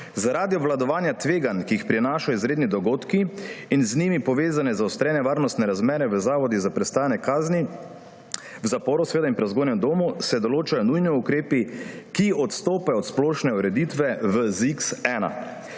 Zaradi obvladovanja tveganj, ki jih prinašajo izredni dogodki in z njimi povezane zaostrene varnostne razmere v zavodih za prestajanje kazni v zaporu in prevzgojnem domu, se določajo nujni ukrepi, ki odstopajo od splošne ureditve v